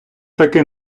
таки